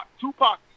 Tupac